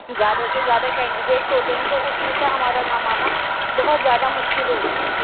زیادہ سے زیادہ کنڈیڈیٹس ہوتے ہیں تو اس میں سے ہمارا نام آنا بہت زیادہ مشکل ہوتا ہے